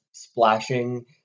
splashing